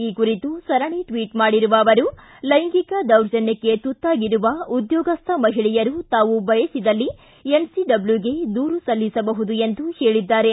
ಈ ಕುರಿತು ಸರಣಿ ಟ್ವೀಟ್ ಮಾಡಿರುವ ಅವರು ಲೈಂಗಿಕ ದೌರ್ಜನ್ಯಕ್ಕೆ ತುತ್ತಾಗಿರುವ ಉದ್ಯೋಗಸ್ಥ ಮಹಿಳೆಯರು ತಾವು ಬಯಸಿದಲ್ಲಿ ಎನ್ಸಿಡಬ್ಲೂಗೆ ದೂರು ಸಲ್ಲಿಸಬಹುದು ಎಂದು ಹೇಳಿದ್ದಾರೆ